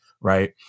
right